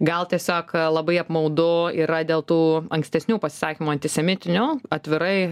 gal tiesiog labai apmaudu yra dėl tų ankstesnių pasisakymų antisemitinių atvirai